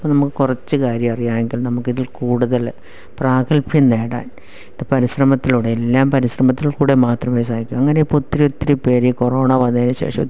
ഇപ്പം നമുക്ക് കുറച്ച് കാര്യം അറിയാമെങ്കിൽ നമുക്കിതിൽ കൂടുതല് പ്രാഗല്ഭ്യം നേടാൻ ഇപ്പം പരിശ്രമത്തിലൂടെ എല്ലാം പരിശ്രമത്തിൽ കൂടെ മാത്രമേ സാധിക്കു അങ്ങനെ ഇപ്പോൾ ഒത്തിരി ഒത്തിരി പേര് ഈ കൊറോണ വന്നതിന് ശേഷം